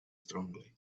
strongly